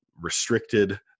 restricted